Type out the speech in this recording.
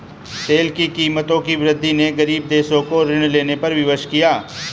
तेल की कीमतों की वृद्धि ने गरीब देशों को ऋण लेने पर विवश किया